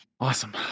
awesome